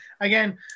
Again